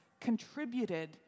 contributed